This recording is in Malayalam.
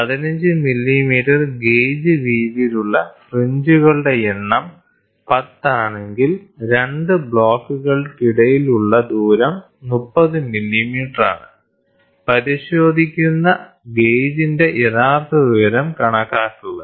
15 മില്ലീമീറ്റർ ഗേജ് വീതിയിലുള്ള ഫ്രിഞ്ചുകളുടെ എണ്ണം 10 ആണെങ്കിൽ 2 ബ്ലോക്കുകൾക്കിടയിലുള്ള ദൂരം 30 മില്ലീമീറ്ററാണ് പരിശോധിക്കുന്ന ഗേജിന്റെ യഥാർത്ഥ ഉയരം കണക്കാക്കുക